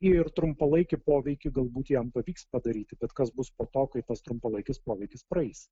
ir trumpalaikį poveikį galbūt jam pavyks padaryti bet kas bus po to kai tas trumpalaikis poveikis praeis